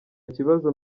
kibazo